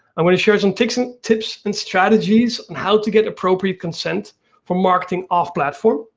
i'm gonna share some tips and tips and strategies how to get appropriate consent for marketing off platform.